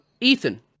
Ethan